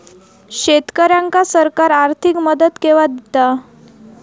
शेतकऱ्यांका सरकार आर्थिक मदत केवा दिता?